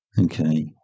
Okay